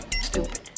Stupid